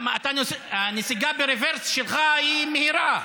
הנסיגה שלך ברוורס היא מהירה.